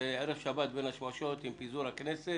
אנחנו נמצאים ערב שבת בין השמשות, עם פיזור הכנסת.